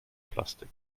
plastik